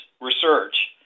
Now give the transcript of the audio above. research